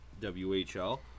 WHL